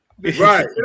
Right